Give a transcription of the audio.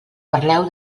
parleu